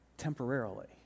temporarily